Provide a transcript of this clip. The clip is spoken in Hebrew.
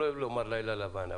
אני לא אוהב לומר לילה לבן,